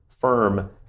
firm